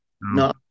No